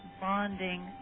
bonding